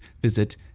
visit